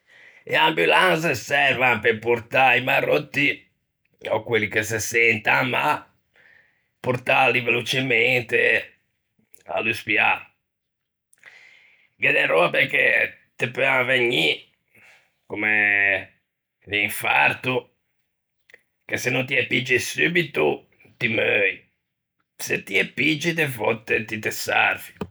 E ambulanse servan pe portâ i maròtti, ò quelli che se sentan mâ, portâli velocemente à l'uspiâ. Gh'é de röbe che te peuan vegnî, comme un infarto, che se no ti ê piggi subito, ti meui, se ti ê piggi, de vòtte ti te sarvi.